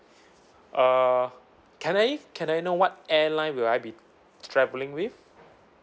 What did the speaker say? uh can I can I know what airline would I be traveling with